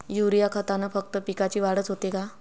Urea खतानं फक्त पिकाची वाढच होते का?